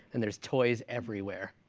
and there's toys everywhere?